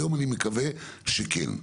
היום אני מקווה שכן.